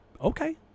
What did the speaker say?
Okay